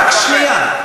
רק שנייה,